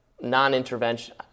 non-intervention